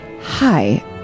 Hi